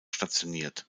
stationiert